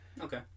Okay